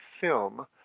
film